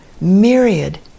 myriad